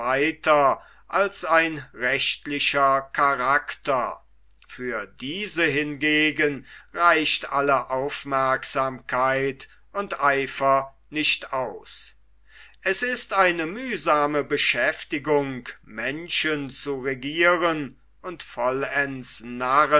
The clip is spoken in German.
als ein rechtlicher karakter für diese hingegen reicht alle aufmerksamkeit und eifer nicht aus es ist eine mühsame beschäftigung menschen zu regieren und vollends